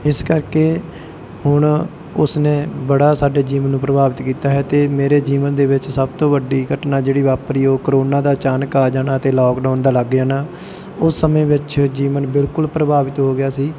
ਇਸ ਕਰਕੇ ਹੁਣ ਉਸਨੇ ਬੜਾ ਸਾਡੇ ਜੀਵਨ ਨੂੰ ਪ੍ਰਭਾਵਿਤ ਕੀਤਾ ਹੈ ਅਤੇ ਮੇਰੇ ਜੀਵਨ ਦੇ ਵਿੱਚ ਸਭ ਤੋਂ ਵੱਡੀ ਘਟਨਾ ਜਿਹੜੀ ਵਾਪਰੀ ਉਹ ਕੋਰੋਨਾ ਦਾ ਅਚਾਨਕ ਆ ਜਾਣਾ ਅਤੇ ਲਾਕਡਾਊਨ ਦਾ ਲੱਗ ਜਾਣਾ ਉਸ ਸਮੇਂ ਵਿੱਚ ਜੀਵਨ ਬਿਲਕੁਲ ਪ੍ਰਭਾਵਿਤ ਹੋ ਗਿਆ ਸੀ